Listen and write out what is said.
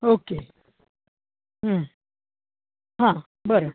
okay हं हां बरं